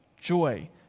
joy